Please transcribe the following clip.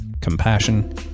compassion